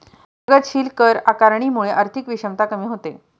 प्रगतीशील कर आकारणीमुळे आर्थिक विषमता कमी होते